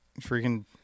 freaking